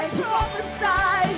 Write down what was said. prophesy